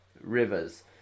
rivers